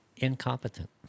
incompetent